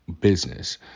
business